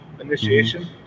initiation